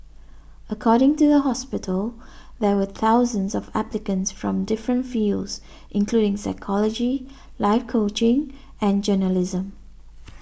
according to the hospital there were thousands of applicants from different fields including psychology life coaching and journalism